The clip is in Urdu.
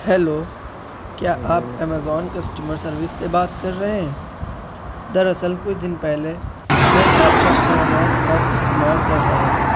ہیلو کیا آپ ایمازون کسٹمر سروس سے بات کر رہے ہیں در اصل کچھ دن پہلے میں آپ کا ایمازون ایپ استعمال کر رہا تھا